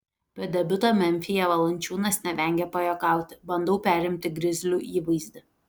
po debiuto memfyje valančiūnas nevengė pajuokauti bandau perimti grizlių įvaizdį